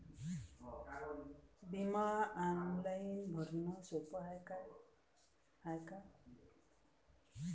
बिमा ऑनलाईन भरनं सोप हाय का?